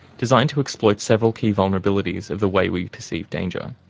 designed to exploit several key vulnerabilities of the way we perceive danger.